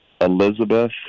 Elizabeth